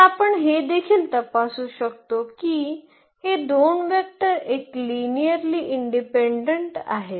तर आपण हे देखील तपासू शकतो की हे दोन वेक्टर एक लिनिअर्ली इंडिपेंडंट आहेत